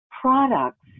Products